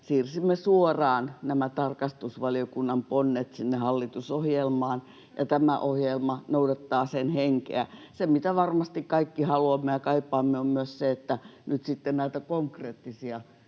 siirsimme suoraan nämä tarkastusvaliokunnan ponnet sinne hallitusohjelmaan ja tämä ohjelma noudattaa sen henkeä. Se, mitä varmasti me kaikki haluamme ja kaipaamme, on se, että nyt sitten näitä konkreettisia